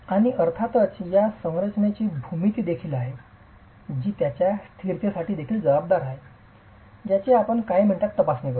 आणि अर्थातच या संरचनेची भूमिती देखील आहे जी त्याच्या स्थिरतेसाठी देखील जबाबदार आहे ज्याची आपण काही मिनिटांत तपासणी करू